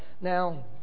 Now